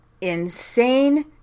insane